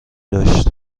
داشت